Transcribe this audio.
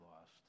lost